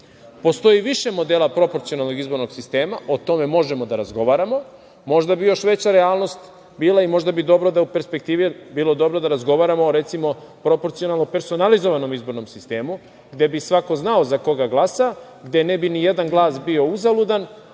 Postoji više modela proporcionalnog izbornog sistema, o tome možemo da razgovaramo. Možda bi još veća realnost bila i možda bi dobro bilo da u perspektivi razgovaramo o, recimo, proporcionalno personalizovanom izbornom sistemu, gde bi svako znao za koga glasa, gde ne bi nijedan glas bio uzaludan